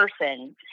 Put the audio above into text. person